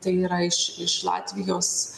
tai yra iš iš latvijos